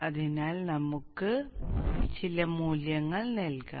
അതിനാൽ നമുക്ക് ചില മൂല്യങ്ങൾ നൽകാം